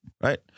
Right